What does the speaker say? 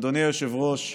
אדוני היושב-ראש,